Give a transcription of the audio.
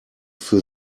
für